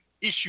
issue